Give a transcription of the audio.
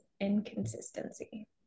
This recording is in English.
inconsistency